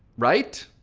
right?